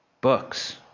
books